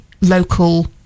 local